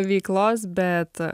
veiklos bet